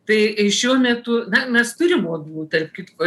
tai šiuo metu na mes turim uodų tarp kitko